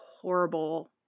horrible